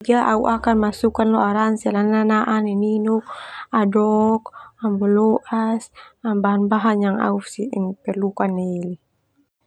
Ya, au akan masukan lo au ransel ah nanaak nininuk, adok, boloas, bahan bahan yang au perlukan nai eli.